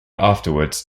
afterwards